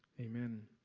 Amen